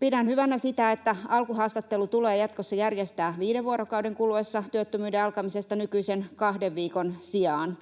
Pidän hyvänä sitä, että alkuhaastattelu tulee jatkossa järjestää viiden vuorokauden kuluessa työttömyyden alkamisesta nykyisen kahden viikon sijaan.